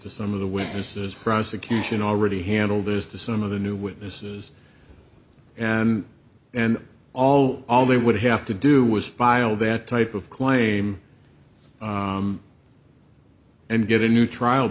to some of the witnesses prosecution already handled as to some of the new witnesses and and also all they would have to do was file that type of claim and get a new trial